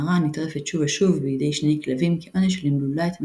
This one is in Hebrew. נערה הנטרפת שוב ושוב בידי שני כלבים כעונש על אימלולה את מחזרה,